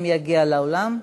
אם יגיע לאולם.